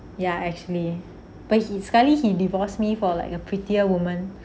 ya actually but he sekali he divorced me for like a prettier women